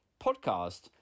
podcast